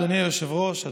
אדוני היושב-ראש,